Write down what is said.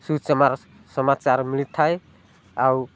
ସୁ ସମାଚାର ମିଳିଥାଏ ଆଉ